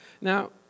Now